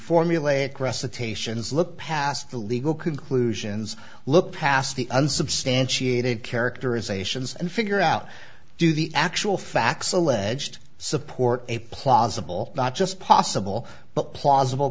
formulaic recitations look past the legal conclusions look past the unsubstantiated characterizations and figure out do the actual facts alleged support a plausible not just possible but plausible